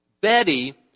Betty